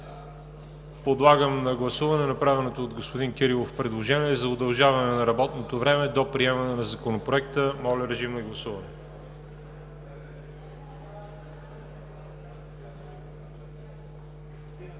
Подлагам на гласуване направеното от господин Кирилов предложение за удължаване на работното време до приемане на Законопроекта. Гласували